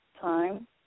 time